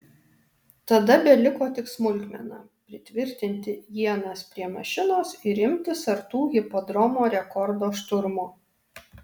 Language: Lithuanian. tada beliko tik smulkmena pritvirtinti ienas prie mašinos ir imtis sartų hipodromo rekordo šturmo